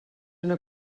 una